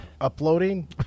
uploading